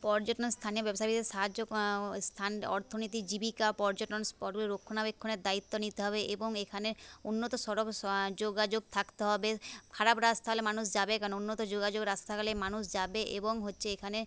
পর্যটন স্থানে ব্যবসায়ীদের সাহায্য স্থান অর্থনীতি জীবিকা পর্যটন স্পটগুলো রক্ষনাবেক্ষণের দায়িত্ব নিতে হবে এবং এখানে উন্নত সড়ক যোগাযোগ থাকতে হবে খারাপ রাস্তা হলে মানুষ যাবে কেন উন্নত যোগাযোগ রাস্তা হলেই মানুষ যাবে এবং হচ্ছে এখানে